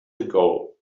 ago